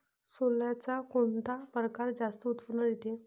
सोल्याचा कोनता परकार जास्त उत्पन्न देते?